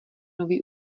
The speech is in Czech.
nový